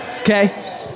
Okay